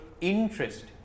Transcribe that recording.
interest